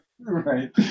right